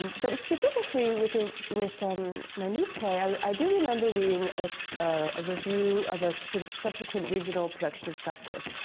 but specifically, with ah with um my new play, i i do remember reading a a review of a sort of subsequent regional production of stop kiss.